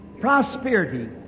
prosperity